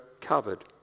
covered